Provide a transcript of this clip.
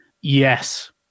Yes